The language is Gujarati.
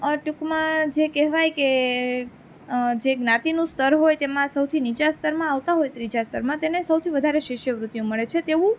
ટૂંકમાં જે કહેવાય કે જે જ્ઞાતિનું સ્તર હોય તેમાં સૌથી નીચા સ્તરમાં આવતા હોય ત્રીજા સ્તરમાં તેને સૌથી વધારે શિષ્યવૃત્તિઓ મળે છે તેવું